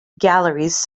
galleries